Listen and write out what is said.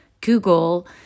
Google